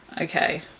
Okay